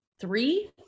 three